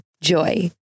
JOY